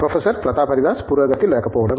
professor Pratap Haridas పురోగతి లేకపోవడం